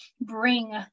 bring